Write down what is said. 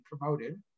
promoted